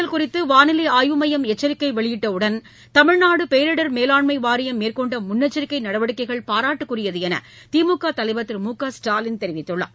கஜ புயல் குறித்து வாளிலை ஆய்வு மையம் எச்சரிக்கை வெளியிட்டவுடன் தமிழ்நாடு பேரிடர் மேலாண்மை வாரியம் மேற்கொண்ட முன்னெச்சரிக்கை நடவடிக்கைகள் பாராட்டுக்குரியது என்று திமுக தலைவர் திரு மு க ஸ்டாலின் தெரிவித்துள்ளார்